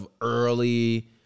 early